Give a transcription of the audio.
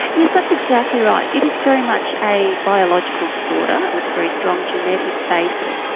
yes, that's exactly right. it is very much a biological disorder with a very strong genetic basis.